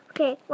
Okay